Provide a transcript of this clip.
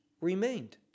remained